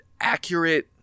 accurate